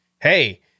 hey